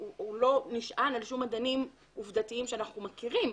שהוא לא נשען על שום אדנים עובדתיים שאנחנו מכירים,